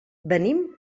venim